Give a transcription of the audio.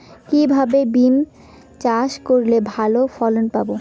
কিভাবে বিম চাষ করলে ভালো ফলন পাব?